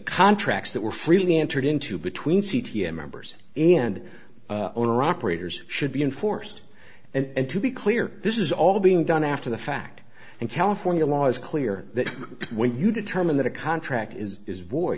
contracts that were freely entered into between c t m members and owner operators should be enforced and to be clear this is all being done after the fact and california law is clear that when you determine that a contract is is